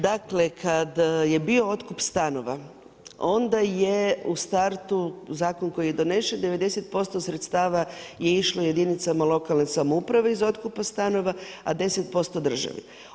Dakle, kad je bio otkup stanova onda je u startu zakon koji je donesen 90% sredstava je išlo jedinicama lokalne samouprave iz otkupa stanova, a 10% državi.